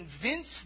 convince